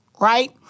right